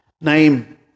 name